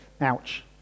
Ouch